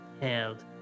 held